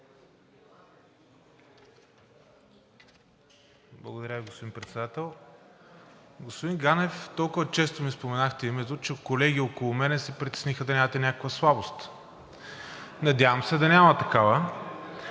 Благодаря, господин Председател. Господин Ганев, толкова често ми споменавахте името, че колеги около мен се притесниха да нямате някаква слабост. Надявам се да няма такава.